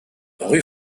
rue